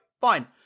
fine